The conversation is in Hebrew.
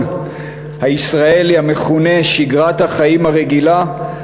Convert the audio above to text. הישראלי המכונה "שגרת החיים הרגילה",